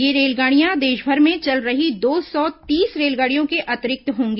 ये रेलगाडियां देशभर में चल रही दो सौ तीस रेलगाडियों के अतिरिक्त होंगी